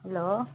hello